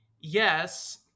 Yes